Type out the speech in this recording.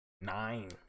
Nine